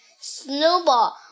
snowball